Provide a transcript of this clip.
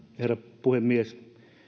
herra puhemies